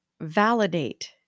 validate